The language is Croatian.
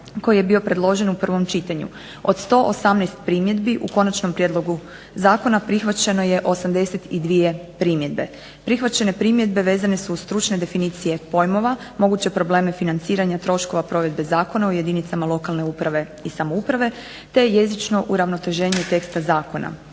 koji je bio predložen u prvom čitanju. Od 118 primjedbi u konačnom prijedlogu zakona prihvaćeno je 82 primjedbe. Prihvaćene primjedbe vezane su uz stručne definicije pojmova, moguće probleme financiranja troškova provedbe zakona u jedinicama lokalne uprave i samouprave, te jezično uravnoteženje teksta zakona.